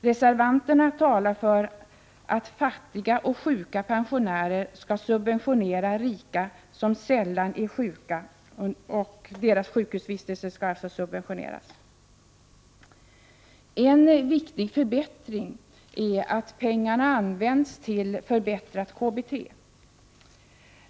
Reservanterna talar om att fattiga och sjuka pensionärer skall subventionera sjukhusvistelsen för rika pensionärer som sällan är sjuka. En viktig förbättring är att pengarna används till förbättrat KBT.